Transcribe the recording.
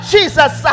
Jesus